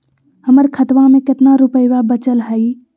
हमर खतवा मे कितना रूपयवा बचल हई?